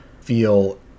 feel